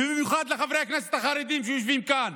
ובמיוחד לחברי הכנסת החרדים שיושבים כאן,